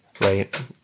right